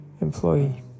employee